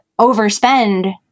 overspend